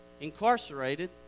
incarcerated